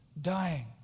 dying